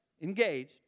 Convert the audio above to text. engaged